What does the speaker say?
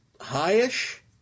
high-ish